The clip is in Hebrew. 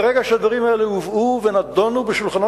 מרגע שהדברים האלה הובאו ונדונו בשולחנו